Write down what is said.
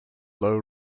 low